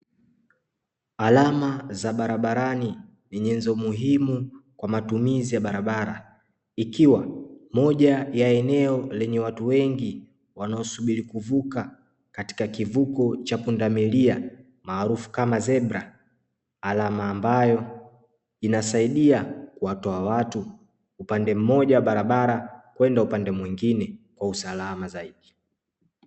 Alama za barabarani ni nyenzo muhimu kwa matumizi ya barabara, ikiwa moja ya eneo lenye watu wengi wanaosubiri kuvuka katika kivuko cha pundamilia maarufu kama "zebra ", alama ambayo inasaidia kuwatoa watu upande mmoja wa barabara kwenda upande mwingine, kwa usalama zaidi.